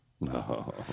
No